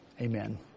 amen